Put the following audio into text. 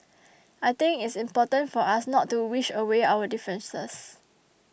I think it's important for us not to wish away our differences